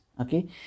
Okay